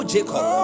Jacob